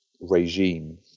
regime